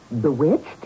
bewitched